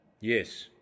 Yes